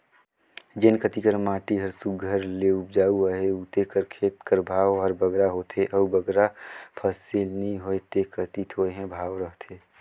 जेन कती कर माटी हर सुग्घर ले उपजउ अहे उते कर खेत कर भाव हर बगरा होथे अउ बगरा फसिल नी होए ते कती थोरहें भाव रहथे